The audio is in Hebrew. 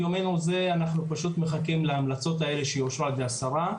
ימנו זה אנחנו פשוט מחכים להמלצות האלה שיוגשו לשרה.